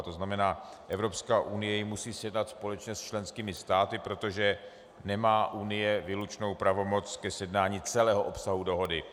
To znamená, Evropská unie ji musí sjednat společně s členskými státy, protože nemá Unie výlučnou pravomoc ke sjednání celého obsahu dohody.